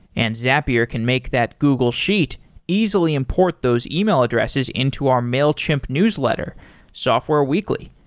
and zapier can make that google sheet easily import those email addresses into our mailchimp newsletter software weekly.